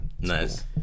Nice